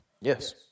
Yes